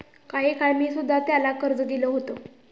काही काळ मी सुध्धा त्याला कर्ज दिले होते